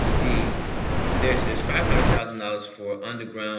the there is this five hundred thousand dollars for underground